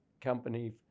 company